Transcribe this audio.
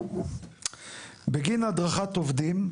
בגין הדרכת עובדים,